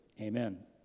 Amen